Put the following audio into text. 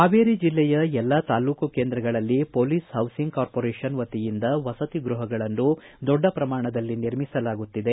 ಹಾವೇರಿ ಜಿಲ್ಲೆಯ ಎಲ್ಲ ತಾಲ್ಲೂಕು ಕೇಂದ್ರಗಳಲ್ಲಿ ಪೊಲೀಸ್ ಪೌಸಿಂಗ್ ಕಾರ್ಪೊರೇಷನ್ ವತಿಯಿಂದ ವಸತಿ ಗೃಹಗಳನ್ನು ದೊಡ್ಡ ಪ್ರಮಾಣದಲ್ಲಿ ನಿರ್ಮಿಸಲಾಗುತ್ತದೆ